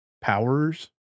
powers